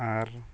ᱟᱨ